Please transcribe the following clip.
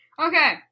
Okay